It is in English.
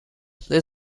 they